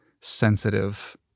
sensitive